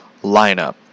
lineup